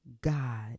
God